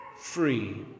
free